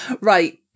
Right